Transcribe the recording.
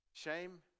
Shame